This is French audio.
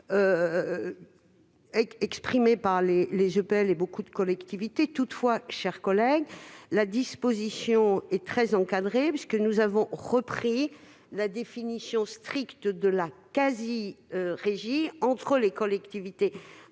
exprimé par les EPL et de nombreuses collectivités. Toutefois, mon cher collègue, la disposition est très encadrée, puisque nous avons repris la définition stricte de la quasi-régie entre les collectivités